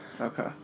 Okay